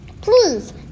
Please